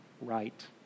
right